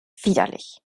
widerlich